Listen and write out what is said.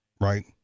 right